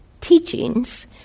teachings